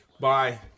bye